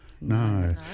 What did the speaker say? No